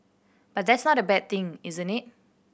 but that's not a bad thing isn't it